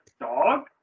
dog